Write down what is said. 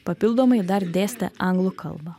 papildomai dar dėstė anglų kalbą